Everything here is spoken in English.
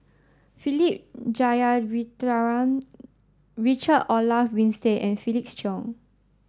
Philip Jeyaretnam Richard Olaf Winstedt and Felix Cheong